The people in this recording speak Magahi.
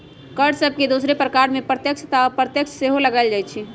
कर सभके दोसरो प्रकार में प्रत्यक्ष तथा अप्रत्यक्ष कर सेहो लगाएल जाइ छइ